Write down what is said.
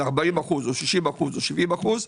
40 אחוזים או 60 אחוזים או 70 אחוזים,